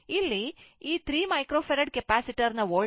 ಇಲ್ಲಿ ಈ 3 microfarad capacitor ನ ವೋಲ್ಟೇಜ್ V 4 ಆಗಿದೆ